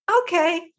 Okay